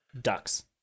Ducks